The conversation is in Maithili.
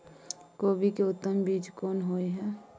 कोबी के उत्तम बीज कोन होय है?